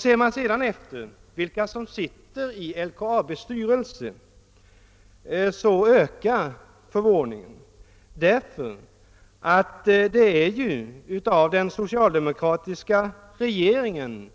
Ser man sedan efter vilka det är som sitter i LKAB:s styrelse, ökar förvåningen ty det är ju av den socialdemokratiska regeringen